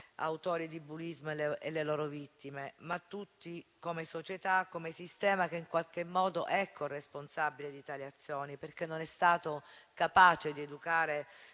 autori di bullismo e le loro vittime, ma tutti come società, come sistema che in qualche modo è corresponsabile di tali azioni, perché non è stato capace di educare